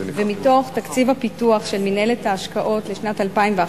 ומתוך תקציב הפיתוח של מינהלת ההשקעות לשנת 2011,